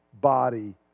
body